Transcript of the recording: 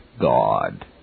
God